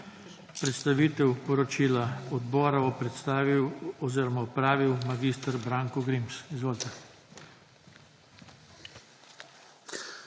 Predstavitev poročila odbora bo predstavil oziroma opravil mag. Branko Grims. Izvolite.